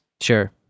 sure